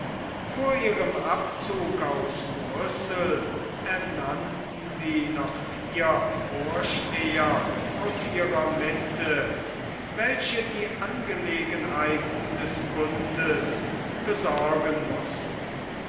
vor ihrem abzug aus brüssel ernannten sie noch vier vorsteher aus ihrer mitte welche die angelegenheiten des bundes besorgen mußten